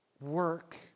work